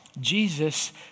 Jesus